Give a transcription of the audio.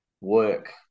work